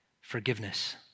forgiveness